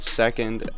second